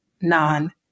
non